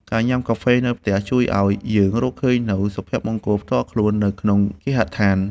ការញ៉ាំកាហ្វេនៅផ្ទះជួយឱ្យយើងរកឃើញនូវ សុភមង្គលផ្ទាល់ខ្លួននៅក្នុងគេហដ្ឋាន។